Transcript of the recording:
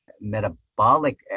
metabolic